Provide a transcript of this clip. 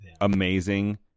amazing